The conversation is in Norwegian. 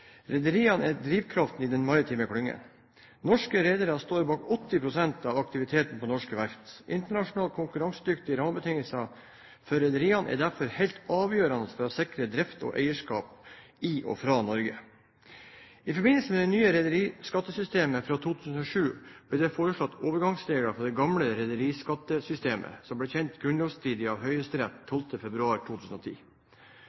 Rederiene er drivkraften i den maritime klyngen. Norske rederier står bak 80 pst. av aktiviteten på norske verft. Internasjonalt konkurransedyktige rammebetingelser for rederiene er derfor helt avgjørende for å sikre drift og eierskap i og fra Norge. I forbindelse med det nye rederiskattesystemet fra 2007 ble det foreslått overgangsregler fra det gamle rederiskattesystemet, som ble kjent grunnlovsstridig av Høyesterett